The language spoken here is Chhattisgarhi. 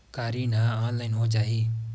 का ऋण ह ऑनलाइन हो जाही?